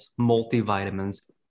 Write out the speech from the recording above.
multivitamins